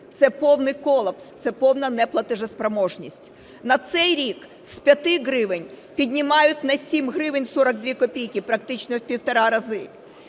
Це повний колапс, це повна неплатоспроможність. На цей рік з 5 гривень піднімають на 7 гривень 42 копійки, практично в півтора разу,